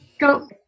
go